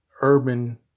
urban